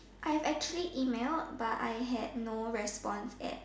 I have actually emailed but I had no response at